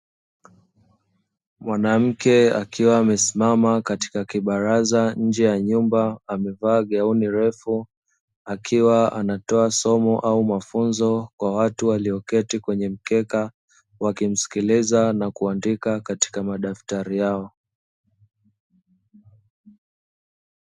Mwanamke akiwa amesimama kwenye kibaraza nje ya nyumba amevaa gauni refu, akiwa anatoa somo au mafunzo kwa watu waliokaa kwenye mkeka wakimsikiliza na kuandika katika madaftari yao.